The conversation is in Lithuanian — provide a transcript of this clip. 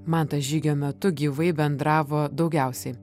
mantas žygio metu gyvai bendravo daugiausiai